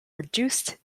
reduced